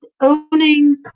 owning